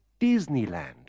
Disneyland